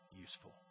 useful